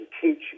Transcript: teach